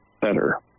better